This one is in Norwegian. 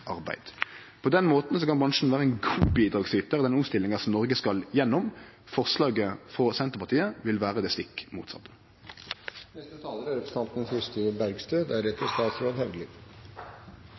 arbeid. På den måten kan bransjen vere ein god bidragsytar ved den omstillinga som Noreg skal gjennom. Forslaget frå Senterpartiet vil vere det stikk